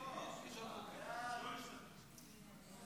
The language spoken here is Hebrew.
עבריין מין לסביבת נפגע העבירה (תיקון מס' 10)